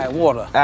water